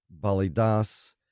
balidas